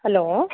hello